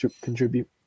contribute